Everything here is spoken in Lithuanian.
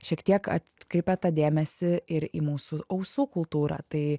šiek tiek atkreipia tą dėmesį ir į mūsų ausų kultūrą tai